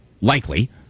likely